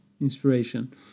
Inspiration